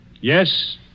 Yes